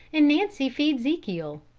and nancy feed zekiel?